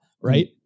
right